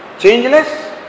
Changeless